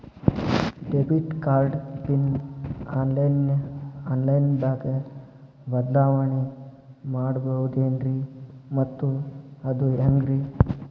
Debit card PIN online ದಾಗ ಬದಲಾವಣೆ ಮಾಡಬಹುದೇನ್ರಿ ಮತ್ತು ಅದು ಹೆಂಗ್ರಿ?